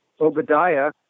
Obadiah